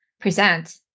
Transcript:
present